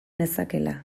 nezakeela